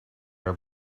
her